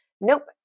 Nope